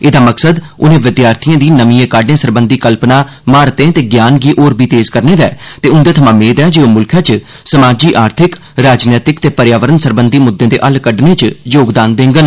एह्दा मकसद उनें विद्यार्थिएं दी नमीं काड्डें सरबंघी कल्पना म्हारतें ते ज्ञान गी होर बी तेज करने दा ऐ ते उंदे थमां मेद ऐ जे ओह मुल्खै च समाजी आर्थिक राजनैतिक ते प्र्यावरण सरबंधी मुद्दे दे हल कड्डने च योगदान देङन